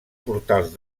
portals